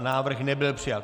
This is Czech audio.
Návrh nebyl přijat.